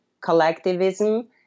collectivism